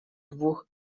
двух